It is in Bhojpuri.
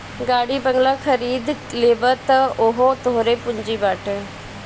गाड़ी बंगला खरीद लेबअ तअ उहो तोहरे पूंजी बाटे